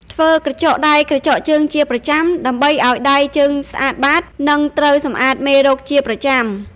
ធ្វើក្រចកដៃក្រចកជើង ជាប្រចាំ ដើម្បីឱ្យដៃជើងស្អាតបាត និងត្រូវសម្អាតមេរោគជាប្រចាំ ។